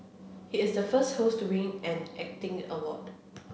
he is the first host to win an acting award